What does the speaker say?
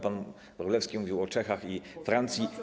Pan Wróblewski mówił o Czechach i Francji.